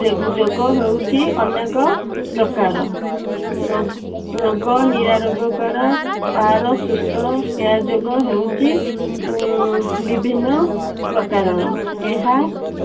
ଯୋଗ ଯୋଗ ହେଉଛି ଅନେକ ପ୍ରକାର ରୋଗ ରୋଗ ନିରାରୋଗକାର ତାର ସୁସ୍ଥ ଏହା ଯୋଗ ହେଉଛି ବିଭିନ୍ନ ପ୍ରକାରର ଏହା